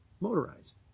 motorized